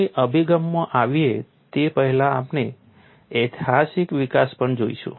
આપણે અભિગમમાં આવીએ તે પહેલાં આપણે ઐતિહાસિક વિકાસ પણ જોઈશું